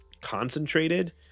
concentrated